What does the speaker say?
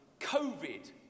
COVID